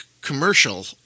commercial